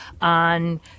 on